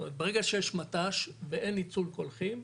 זאת אומרת, ברגע שיש מט"ש ואין ניצול קולחים,